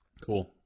Cool